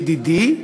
ידידי,